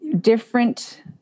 different